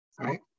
right